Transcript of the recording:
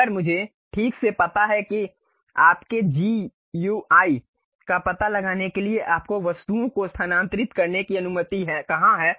अगर मुझे ठीक से पता है कि आपके जीयूआई का पता लगाने के लिए आपको वस्तुओं को स्थानांतरित करने की अनुमति कहां है